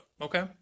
Okay